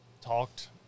talked